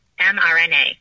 mRNA